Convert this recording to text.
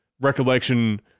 recollection